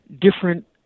different